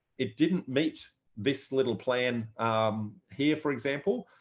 it didn't meet this little plan here, for example,